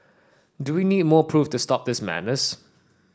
do we need more proof to stop this madness